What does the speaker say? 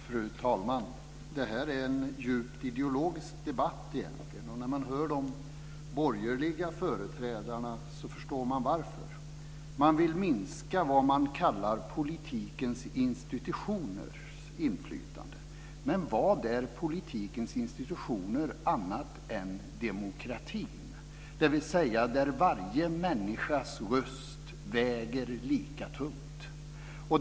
Fru talman! Det här är egentligen en djupt ideologisk debatt. När jag hör de borgerliga företrädarna förstår jag varför. Man vill minska det man kallar politikens institutioners inflytande. Men vad är politikens institutioner annat än demokrati, dvs. att varje människas röst väger lika tungt?